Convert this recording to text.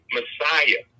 Messiah